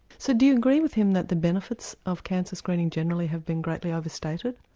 so do you agree with him that the benefits of cancer screening generally have been greatly overstated?